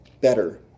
better